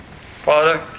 Father